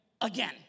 again